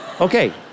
Okay